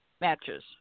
matches